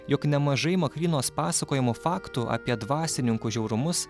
jog nemažai makrynos pasakojamų faktų apie dvasininkų žiaurumus